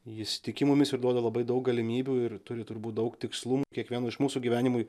jis tiki mumis ir duoda labai daug galimybių ir turi turbūt daug tikslų kiekvieno iš mūsų gyvenimui